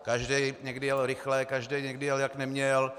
Každý někdy jel rychle, každý někdy jel, jak neměl.